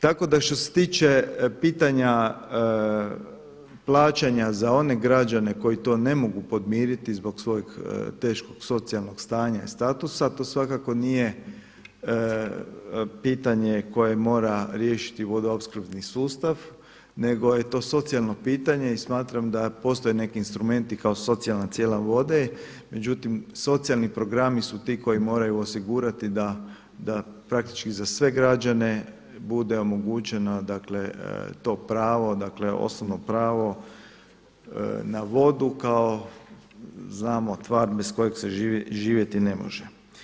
Tako da što se tiče pitanja plaćanja za one građane koji to ne mogu podmiriti zbog svojeg teškog socijalnog stanja i statusa, to svakako nije pitanje koje mora riješiti vodoopskrbni sustav nego je to socijalno pitanje i smatram da postoje neki instrumenti kao socijalna cijena vode, međutim, socijalni programi su ti koji moraju osigurati da praktički za sve građane bude omogućeno dakle to pravo, dakle osnovno pravo na vodu kao znamo tvar bez koje se živjeti ne može.